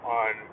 on